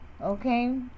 Okay